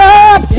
up